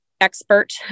expert